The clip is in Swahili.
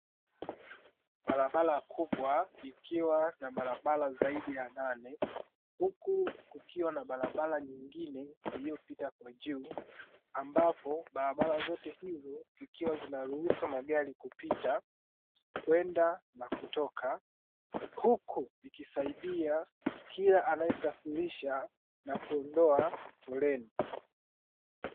Barabara kubwa ikiwa na barabara zaidi ya nane, huku kukiwa na barabara nyingine iliyopita juu ambapo barabara zote hizo zinaruhusu magari kupita kwenda na kutoka huku ikisaidia kila anaesafirisha na kuondoa foleni.